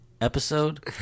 episode